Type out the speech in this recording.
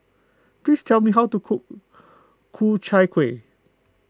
please tell me how to cook Ku Chai Kueh